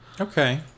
Okay